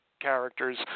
characters